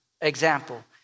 example